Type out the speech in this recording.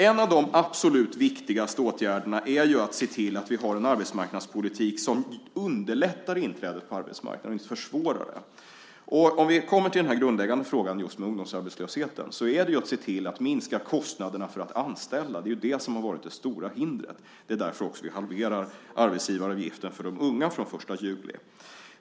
En av de absolut viktigaste åtgärderna är att se till att vi har en arbetsmarknadspolitik som underlättar inträdet på arbetsmarknaden och inte försvårar det. Det grundläggande när det gäller just ungdomsarbetslösheten är att se till att minska kostnaderna för att anställa. Det är dessa kostnader som har varit det stora hindret. Det är också därför som vi halverar arbetsgivaravgiften för de unga från den 1 juli.